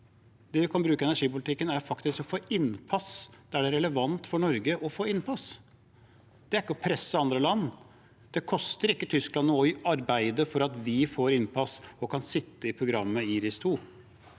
Det vi kan gjøre i energipolitikken, er faktisk å få innpass der det er relevant for Norge å få innpass. Det er ikke å presse andre land. Det koster ikke Tyskland noe å arbeide for at vi får innpass og kan delta i programmet IRIS[2].